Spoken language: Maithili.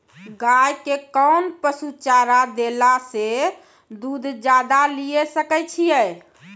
गाय के कोंन पसुचारा देला से दूध ज्यादा लिये सकय छियै?